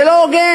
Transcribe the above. זה לא הוגן,